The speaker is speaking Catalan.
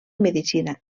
medicina